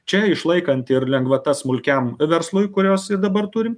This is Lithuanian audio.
čia išlaikant ir lengvata smulkiam verslui kurios ir dabar turim